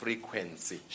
frequency